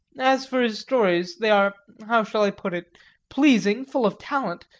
as for his stories, they are how shall i put it pleasing, full of talent,